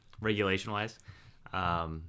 Regulation-wise